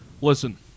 Listen